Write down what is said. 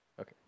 Okay